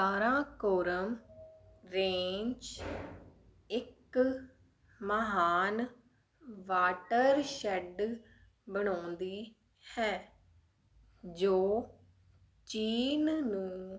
Karakoram range ਇੱਕ ਮਹਾਨ watershed ਬਣਾਉਂਦੀ ਹੈ ਜੋ ਚੀਨ ਨੂੰ